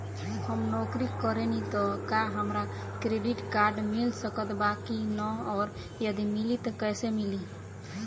हम नौकरी करेनी त का हमरा क्रेडिट कार्ड मिल सकत बा की न और यदि मिली त कैसे मिली?